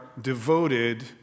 devoted